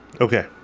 Okay